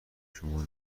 شما